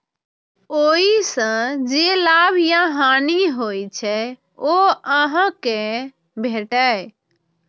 ओइ सं जे लाभ या हानि होइ छै, ओ अहां कें भेटैए